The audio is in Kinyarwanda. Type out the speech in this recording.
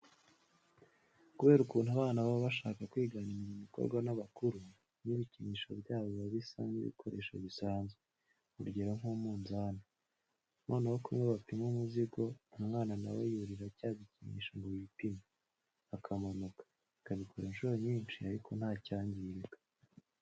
Kubera ukuntu abana baba bashaka kwigana imirimo ikorwa n'abakuru, n'ibikinisho byabo biba bisa n'ibikoresho bisanzwe, urugero nk'umunzani, noneho kumwe bapima umuzigo, umwana na we yurira cya gikinisho ngo yipime, akamanuka, akabikora inshuro nyinshi ariko nta cyangirika.